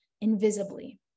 invisibly